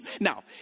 now